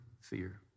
fear